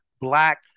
black